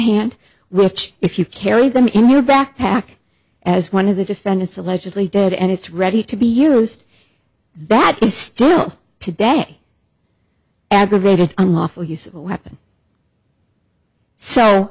hand which if you carry them in your backpack as one of the defendants allegedly did and it's ready to be used that is still today aggravated unlawful use of a weapon so